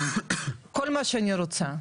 כל מה שאני רוצה,